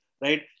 right